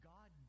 God